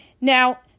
now